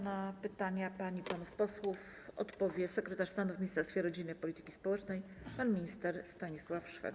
Na pytania pań i panów posłów odpowie sekretarz stanu w Ministerstwie Rodziny i Polityki Społecznej pan minister Stanisław Szwed.